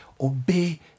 Obey